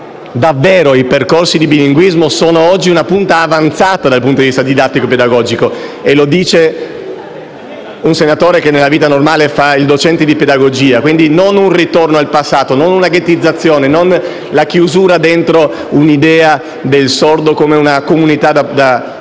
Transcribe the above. i percorsi di bilinguismo siano oggi una punta avanzata dal punto di vista didattico e pedagogico. E lo dice un senatore che nella vita normale fa il docente di pedagogia. Quindi non si tratta di un ritorno al passato, di una ghettizzazione o della chiusura dentro l'idea del sordo come appartenente ad